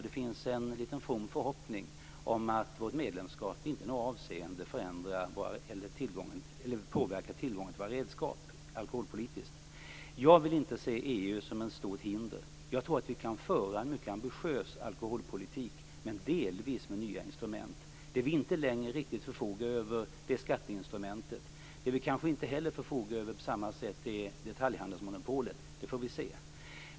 Det finns en liten from förhoppning om att vårt medlemskap inte i något avseende påverkar tillgången till våra alkoholpolitiska redskap. Jag vill inte se EU som ett stort hinder. Jag tror att vi kan föra en mycket ambitiös alkoholpolitik, men delvis med nya instrument. Det vi inte längre riktigt förfogar över är skatteinstrumentet. Det vi kanske inte heller förfogar över på samma sätt är detaljhandelsmonopolet - det får vi se.